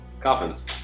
coffins